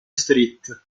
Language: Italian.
street